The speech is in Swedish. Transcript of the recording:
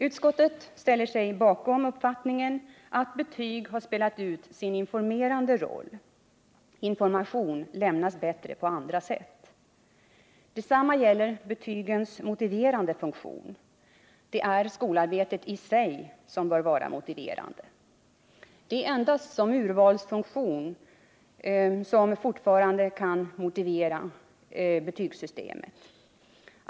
Utskottet ställer sig bakom uppfattningen att betygen har spelat ut sin informerande roll — information lämnas bättre på andra sätt. Detsamma gäller betygens motiverande funktion — det är skolarbetet i sig som bör vara motiverande. Det är endast urvalsfunktionen som fortfarande kan motivera betygssystemet.